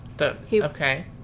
Okay